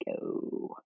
go